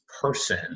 person